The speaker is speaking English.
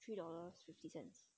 three dollar fifty cents